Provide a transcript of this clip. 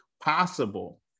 possible